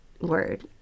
word